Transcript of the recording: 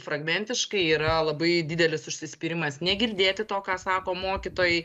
fragmentiškai yra labai didelis užsispyrimas negirdėti to ką sako mokytojai